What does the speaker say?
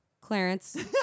Clarence